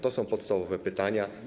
To są podstawowe pytania.